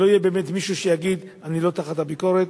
שלא יהיה באמת מישהו שיגיד: אני לא תחת הביקורת.